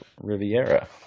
Riviera